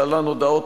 תודה,